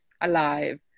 alive